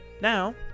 Now